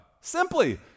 Simply